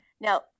Now